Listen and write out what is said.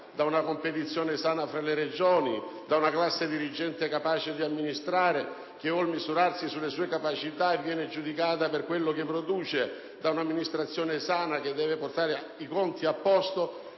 da una competizione sana fra le Regioni, da una classe dirigente capace di amministrare che vuole misurarsi sulle sue capacità e viene giudicata per quello che produce, da un'amministrazione sana che deve portare i conti a posto.